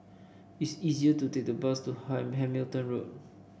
it's easier to take the bus to Hamilton Road